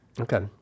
Okay